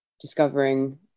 discovering